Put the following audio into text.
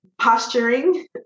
posturing